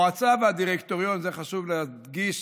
חשוב להדגיש,